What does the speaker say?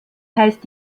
heißt